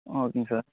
ஓகேங்க சார்